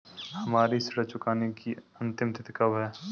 हमारी ऋण चुकाने की अंतिम तिथि कब है?